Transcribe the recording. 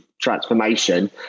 transformation